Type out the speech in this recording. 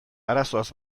arazoaz